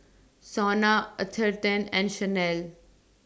Sona Atherton and Chanel